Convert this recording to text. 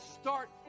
start